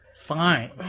Fine